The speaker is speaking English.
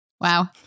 Wow